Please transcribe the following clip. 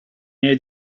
miei